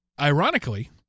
ironically